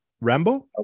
Rambo